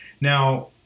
Now